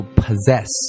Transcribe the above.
possess